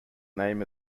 known